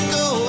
go